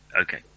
Okay